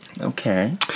Okay